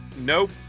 Nope